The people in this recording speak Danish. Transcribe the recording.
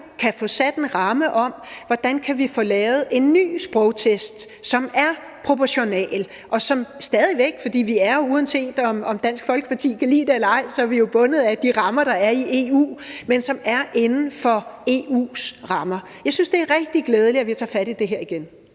kan få sat en ramme om, hvordan vi kan få lavet en ny sprogtest, som er proportional, og som stadig væk er inden for EU's rammer – for vi er, uanset om Dansk Folkeparti kan lide det eller ej, bundet af de rammer, der er i EU. Jeg synes, det er rigtig glædeligt, at vi tager fat i det her igen.